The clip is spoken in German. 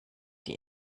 die